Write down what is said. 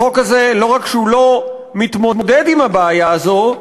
החוק הזה לא רק שהוא לא מתמודד עם הבעיה הזאת,